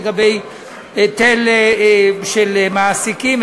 לגבי היטל של מעסיקים,